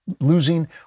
losing